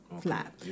flat